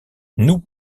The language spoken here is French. nous